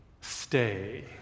stay